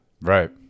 right